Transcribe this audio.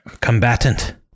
Combatant